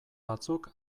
batzuk